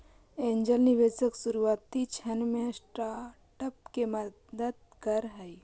angel निवेशक शुरुआती क्षण में स्टार्टअप के मदद करऽ हइ